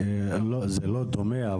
זה לא דומה,